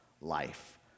life